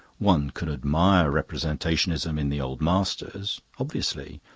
one could admire representationalism in the old masters. obviously.